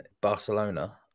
barcelona